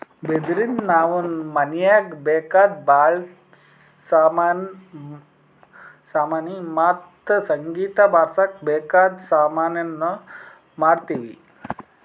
ಬಿದಿರಿನ್ದ ನಾವ್ ಮನೀಗ್ ಬೇಕಾದ್ ಭಾಳ್ ಸಾಮಾನಿ ಮತ್ತ್ ಸಂಗೀತ್ ಬಾರ್ಸಕ್ ಬೇಕಾದ್ ಸಾಮಾನಿನೂ ಮಾಡ್ತೀವಿ